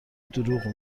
دروغ